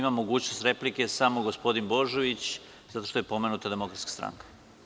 Mogućnost na repliku ima samo gospodin Božović zato što je pomenuta Demokratska stranka.